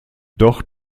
doch